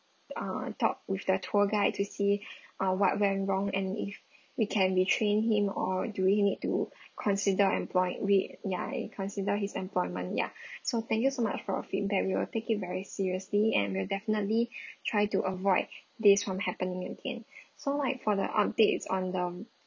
a talk with the tour guide to see uh what went wrong and if we can retrain him or do we need to consider employ~ we ya reconsider his employment ya so thank you so much for your feedback we will take it very seriously and we'll definitely try to avoid this from happening again so like for the updates on the